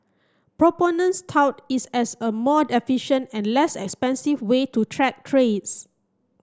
proponents tout is as a more efficient and less expensive way to track trades